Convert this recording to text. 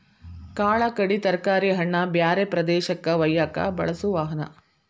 ಕಾಳ ಕಡಿ ತರಕಾರಿ ಹಣ್ಣ ಬ್ಯಾರೆ ಪ್ರದೇಶಕ್ಕ ವಯ್ಯಾಕ ಬಳಸು ವಾಹನಾ